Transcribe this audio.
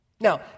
Now